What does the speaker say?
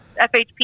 FHP